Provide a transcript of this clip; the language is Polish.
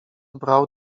brał